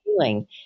feeling